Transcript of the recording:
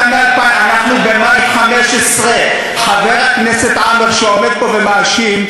אנחנו במאי 15'. חבר הכנסת עמאר שעומד פה ומאשים,